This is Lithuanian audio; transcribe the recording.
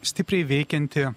stipriai veikianti